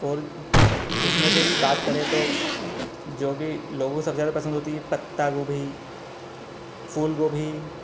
और उसमें से भी बात करें तो जो भी लोगों को सबसे ज्यादा पसंद होती है पत्तागोभी फूलगोभी